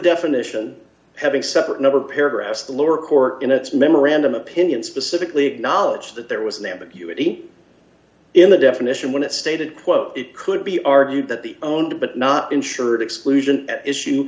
definition having separate number paragraphs the lower court in its memorandum opinion specifically acknowledged that there was an ambiguity in the definition when it stated quote it could be argued that the owned but not insured exclusion at issue